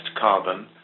carbon